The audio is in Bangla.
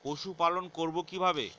পশুপালন করব কিভাবে?